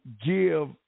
give